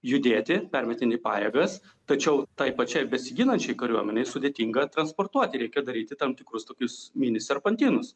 judėti permetinėt pajėgas tačiau tai pačiai besiginančiai kariuomenei sudėtinga transportuoti reikia daryti tam tikrus tokius mini serpantinus